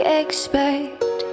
expect